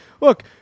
look